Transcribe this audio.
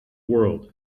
world